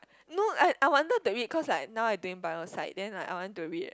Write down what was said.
no I I wanted to eat cause like now I doing by own side then like I want to read eh